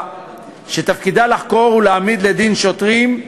שתפקידה לחקור ולהעמיד לדין שוטרים,